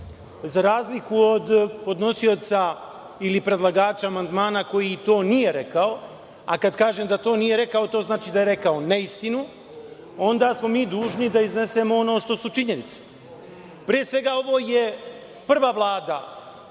za razliku od podnosioca ili predlagača amandman koji to nije rekao, kad kažem da nije rekao, to znači da je rekao neistinu, onda smo mi dužni da iznesemo ono što su činjenice. Pre svega, ovo je prva Vlada